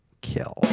kill